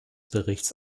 berichts